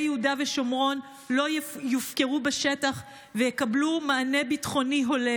יהודה ושומרון לא יופקרו בשטח ויקבלו מענה ביטחוני הולם,